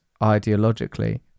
ideologically